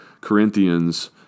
Corinthians